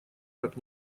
как